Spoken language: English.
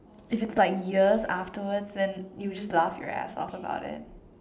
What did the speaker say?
if it's like years afterwards and you'll just laugh your ass off about it